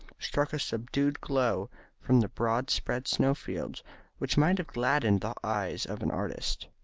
struck a subdued glow from the broad-spread snow fields which might have gladdened the eyes of an artist.